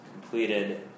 completed